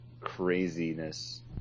Craziness